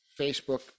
Facebook